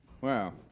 Wow